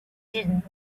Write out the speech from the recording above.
did